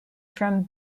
from